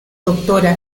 doctora